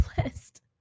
blessed